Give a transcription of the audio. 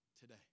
today